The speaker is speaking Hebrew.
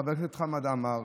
חבר הכנסת חמד עמאר,